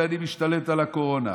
ואני משתלט על הקורונה.